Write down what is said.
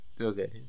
Okay